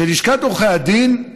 שלשכת עורכי הדין,